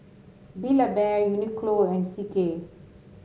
Build A Bear Uniqlo and C K